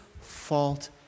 fault